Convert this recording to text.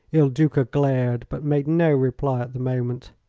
il duca glared, but made no reply the moment.